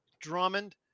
Drummond